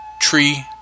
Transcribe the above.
tree